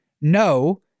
no